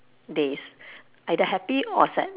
days either happy or sad